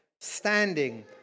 standing